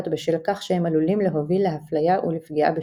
בשל כך שהם עלולים להוביל להפליה ולפגיעה בשוויון.